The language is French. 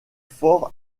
fort